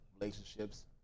relationships